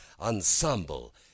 ensemble